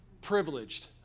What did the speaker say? Privileged